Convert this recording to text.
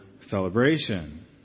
celebration